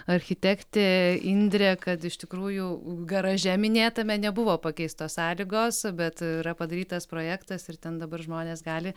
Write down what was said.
architektė indrė kad iš tikrųjų garaže minėtame nebuvo pakeistos sąlygos bet yra padarytas projektas ir ten dabar žmonės gali